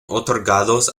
otorgados